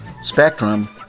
spectrum